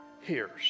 hears